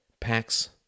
Packs